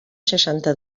seixanta